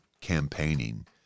campaigning